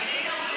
במהיר.